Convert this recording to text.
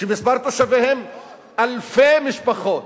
שמספר תושביהם אלפי משפחות,